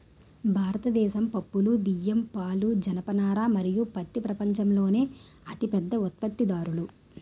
భారతదేశం పప్పులు, బియ్యం, పాలు, జనపనార మరియు పత్తి ప్రపంచంలోనే అతిపెద్ద ఉత్పత్తిదారులు